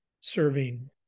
Serving